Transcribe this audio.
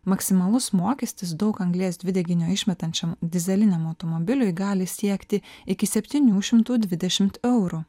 maksimalus mokestis daug anglies dvideginio išmetančiam dyzeliniam automobiliui gali siekti iki septynių šimtų dvidešimt eurų